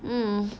mm